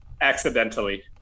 Accidentally